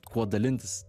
kuo dalintis